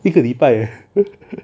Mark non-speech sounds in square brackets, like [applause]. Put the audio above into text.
一个礼拜 eh [laughs]